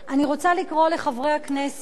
אני רוצה לקרוא לחברי הכנסת,